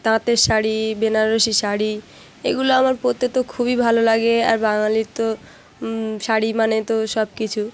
তাঁতের শাড়ি বেনারসি শাড়ি এগুলো আমার পরতে তো খুবই ভালো লাগে আর বাঙালির তো শাড়ি মানে তো সব কিছু